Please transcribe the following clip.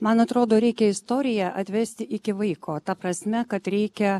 man atrodo reikia istoriją atvesti iki vaiko ta prasme kad reikia